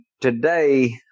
today